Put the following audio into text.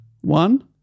One